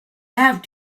have